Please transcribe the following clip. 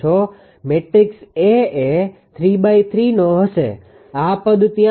matrix A A 3×3 નો હશે આ પદ ત્યાં હોવુ જોઈએ નહીં